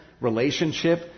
relationship